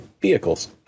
vehicles